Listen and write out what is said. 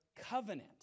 covenant